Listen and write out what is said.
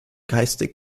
geistig